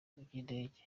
by’indege